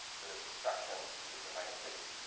this obstruction, it gives you a minus six,